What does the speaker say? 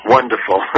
Wonderful